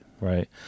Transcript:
right